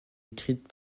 écrite